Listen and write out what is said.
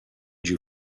you